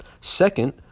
Second